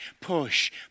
push